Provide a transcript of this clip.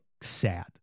sad